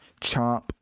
chomp